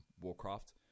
Warcraft